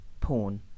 porn